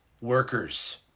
workers